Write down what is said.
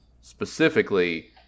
Specifically